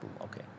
okay